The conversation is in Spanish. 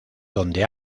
donde